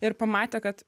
ir pamatė kad